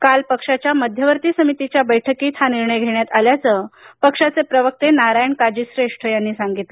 काल पक्षाच्या मध्यवर्ती समितीच्या बैठकीत हा निर्णय घेण्यात आल्याचं पक्षाचे प्रवक्ते नारायण काजी श्रेष्ठ यांनी सांगितलं